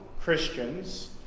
Christians